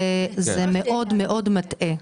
זה מאוד מאוד מטעה.